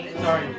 Sorry